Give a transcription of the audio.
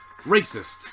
racist